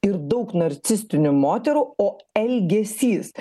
ir daug narcistinių moterų o elgesys